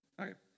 Okay